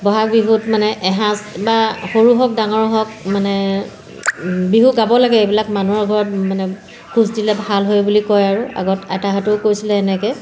বহাগ বিহুত মানে এসাঁজ বা সৰু হওক ডাঙৰ হওক মানে বিহু গাব লাগে এইবিলাক মানুহৰ ঘৰত মানে খোজ দিলে ভাল হয় বুলি কয় আৰু আগত আইতাহঁতেও কৈছিলে এনেকৈ